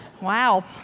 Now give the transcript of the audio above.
Wow